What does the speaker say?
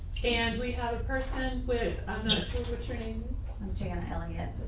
and we have a person with um and and so returning jan elliot,